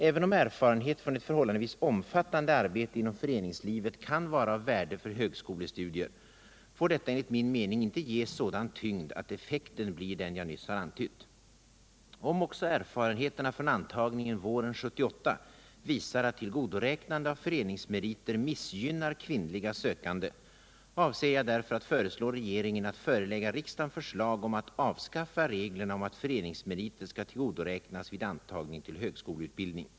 Även om erfarenhet från ett förhållandevis omfattande arbete inom föreningslivet kan vara av värde för högskolestudier får detta, enligt min mening, inte ges sådan tyngd att effekten blir den jag nyss har antytt. Om också erfarenheterna från antagningen våren 1978 visar att tillgodoräknande av föreningsmeriter missgynnar kvinnliga sökande avser jag därför att föreslå regeringen att förelägga riksdagen förslag om att avskaffa reglerna om att föreningsmeriter skall tillgodoräknas vid antagning till högskoleutbildning.